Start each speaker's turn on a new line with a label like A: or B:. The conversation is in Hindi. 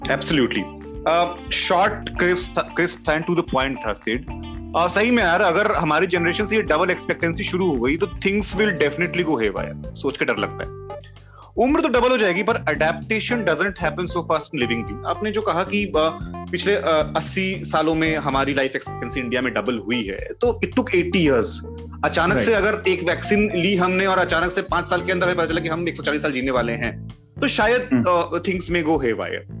A: Absolutely. Uh, short, crisp, th- crisp and to the point था, Sid. Uh, सही में यार, अगर हमारी generation से ये double expectancy शुरू हो गई, तो things will definitely go haywire. सोच के डर लगता है। उम्र तो double हो जाएगी, पर adaptation doesn't happen so fast in living being. आपने जो कहा कि, uh, पिछले, uh, 80 सालों में हमारी life expectancy India में double हुई है, तो it took 80 years. अचानक से
B: Right.
A: अगर एक vaccine ली हमने और अचानक से पाँच साल के अंदर हमें पता चला कि हम 140 साल जीने वाले हैं, तो शायद,
B: Hmm.
A: uh, things may go haywire.